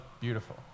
beautiful